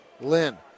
Lynn